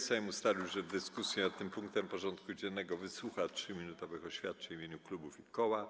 Sejm ustalił, że w dyskusji nad tym punktem porządku dziennego wysłucha 3-minutowych oświadczeń w imieniu klubów i koła.